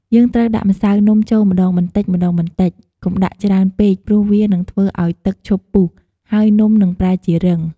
យើងត្រូវដាក់ម្សៅនំចូលម្តងបន្តិចៗ កុំដាក់ច្រើនពេកព្រោះវានឹងធ្វើឲ្យទឹកឈប់ពុះ ហើយនំនឹងប្រែជារឹង។